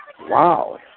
Wow